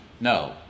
No